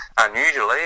Unusually